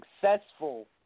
successful